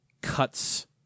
cuts